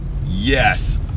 yes